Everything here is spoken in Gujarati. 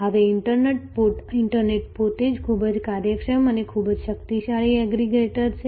હવે ઈન્ટરનેટ પોતે ખૂબ જ કાર્યક્ષમ અને ખૂબ જ શક્તિશાળી એગ્રીગેટર છે